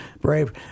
Brave